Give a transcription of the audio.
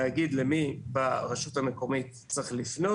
לא,